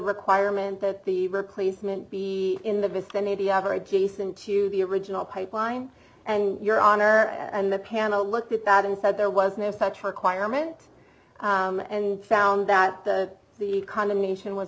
requirement that the replacement be in the vicinity of or gees into the original pipeline and your honor and the panel looked at bad and said there was no such requirement and found that the the economy nation was